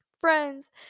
friends